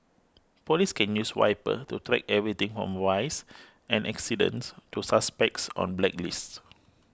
police can use Viper to track everything from vice and accidents to suspects on blacklists